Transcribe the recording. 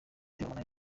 harmonize